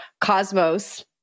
Cosmos